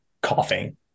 coughing